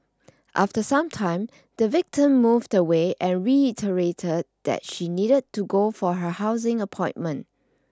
after some time the victim moved away and reiterated that she needed to go for her housing appointment